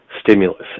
stimulus